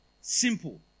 simple